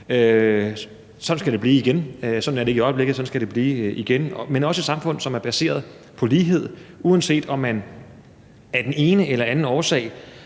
sådan skal det blive igen – men også et samfund, som er baseret på lighed. Uanset om man af den ene eller den anden årsag